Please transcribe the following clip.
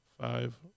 five